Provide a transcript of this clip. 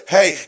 Hey